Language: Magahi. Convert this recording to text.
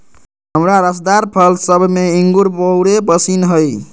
हमरा रसदार फल सभ में इंगूर बहुरे पशिन्न हइ